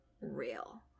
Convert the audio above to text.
real